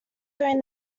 doing